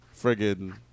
friggin